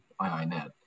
iinet